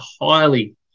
highly